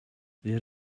there